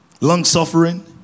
long-suffering